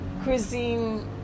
cuisine